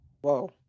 Whoa